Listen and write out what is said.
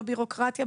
בביורוקרטיה,